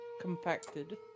compacted